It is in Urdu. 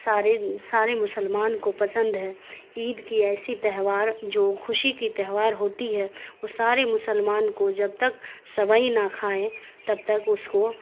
سارے سارے مسلمان کو پسند ہے عید کی ایسی تہوار جو خوشی کی تہوار ہوتی ہے وہ سارے مسلمان کو جب تک سیوئی نا کھائیں تب تک اس کو